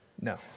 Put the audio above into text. no